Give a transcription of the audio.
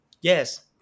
Yes